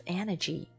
energy